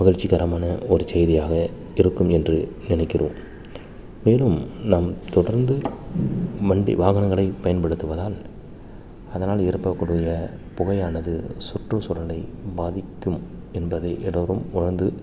மகிழ்ச்சிகரமான ஒரு செய்தியாக இருக்கும் என்று நினைக்கிறோம் மேலும் நாம் தொடர்ந்து வண்டி வாகனங்களை பயன்படுத்துவதால் அதனால் ஏற்படக்கூடிய புகையானது சுற்று சூழலை பாதிக்கும் என்பதை எல்லோரும் உணர்ந்து